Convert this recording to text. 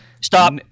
Stop